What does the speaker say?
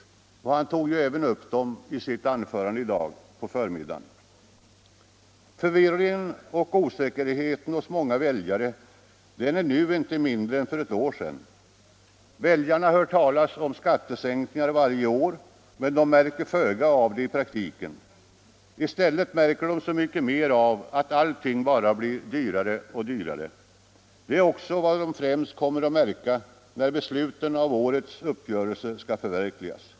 Han tog ju även upp dem i sitt anförande i dag på förmiddagen. Förvirringen och osäkerheten hos många väljare är nu inte mindre än för ett år sedan. Väljarna hör talas om skattesänkningar varje år, men de märker föga av det i praktiken. I stället märker de så mycket mera av att allting bara blir dyrare och dyrare. Det är också vad de främst kommer att märka när besluten från årets uppgörelse skall förverkligas.